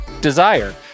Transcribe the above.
Desire